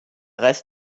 rest